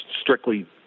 strictly